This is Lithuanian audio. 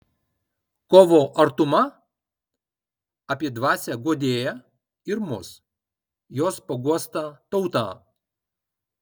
kovo artuma apie dvasią guodėją ir mus jos paguostą tautą